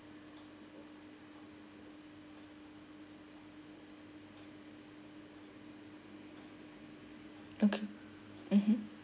okay mmhmm